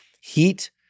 Heat